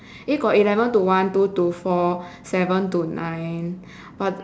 eh got eleven to one two to four seven to nine but